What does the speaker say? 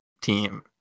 team